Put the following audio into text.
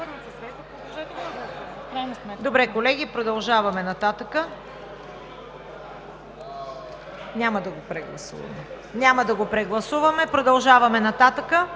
продължаваме нататък.